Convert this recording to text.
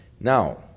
Now